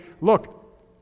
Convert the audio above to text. Look